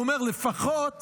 הוא אומר, לפחות